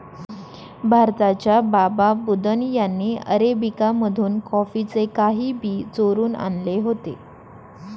भारताच्या बाबा बुदन यांनी अरेबिका मधून कॉफीचे काही बी चोरून आणले होते